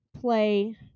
play